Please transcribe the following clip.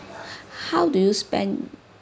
how do you spend